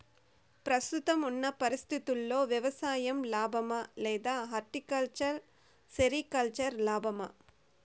ప్రస్తుతం ఉన్న పరిస్థితుల్లో వ్యవసాయం లాభమా? లేదా హార్టికల్చర్, సెరికల్చర్ లాభమా?